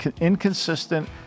inconsistent